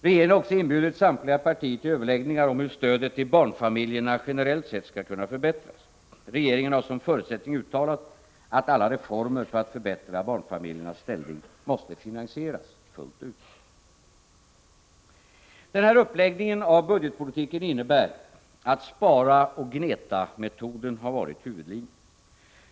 Regeringen har också inbjudit samtliga partier till överläggningar om hur stödet till barnfamiljerna generellt sett skall kunna förbättras. Regeringen har som förutsättning uttalat att alla reformer för att förbättra barnfamiljernas ställning måste finansieras fullt ut. Denna uppläggning av budgetpolitiken innebär att sparaoch gnetametoden har varit huvudlinjen.